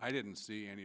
i didn't see any